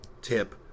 tip